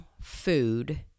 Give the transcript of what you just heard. food